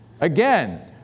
again